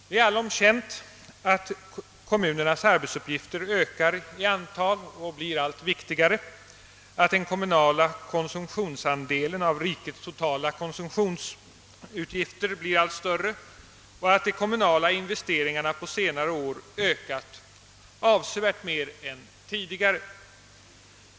Det är allom känt att kommunernas arbetsuppgifter ökar i antal och blir allt viktigare, att den kommunala konsumtionsandelen av rikets totala konsumtionsutgifter blir allt större och att de kommunala investeringarna på senare år ökat avsevärt mer än tidigare.